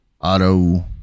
auto